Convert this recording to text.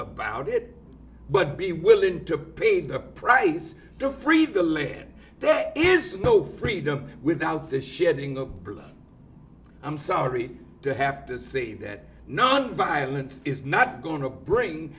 about it but be willing to pay the price to free the land that is no freedom without the shedding of blood i'm sorry to have to say that nonviolence is not going to bring